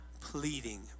pleading